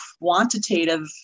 quantitative